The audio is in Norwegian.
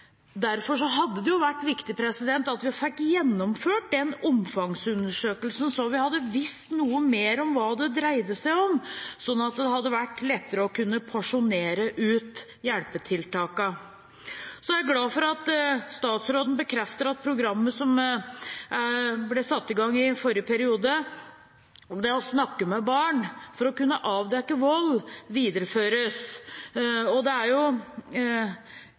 at vi får gjennomført den omfangsundersøkelsen, sånn at vi får vite noe mer om hva det dreier seg om, og sånn at det blir lettere å porsjonere ut hjelpetiltakene. Jeg er glad for at statsråden bekrefter at programmet som handlet om å snakke med barn for å avdekke vold, og som ble satt i gang i forrige periode,